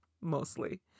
mostly